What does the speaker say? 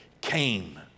came